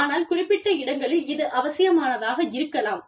ஆனால் குறிப்பிட்ட இடங்களில் இது அவசியமானதாக இருக்கலாம்